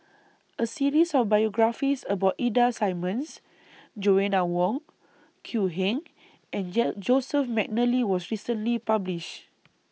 A series of biographies about Ida Simmons Joanna Wong Quee Heng and Joseph Mcnally was recently published